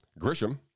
Grisham